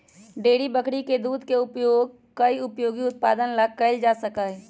dairy बकरी के दूध के उपयोग कई उपयोगी उत्पादन ला कइल जा सका हई